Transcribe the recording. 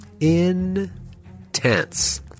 intense